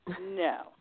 no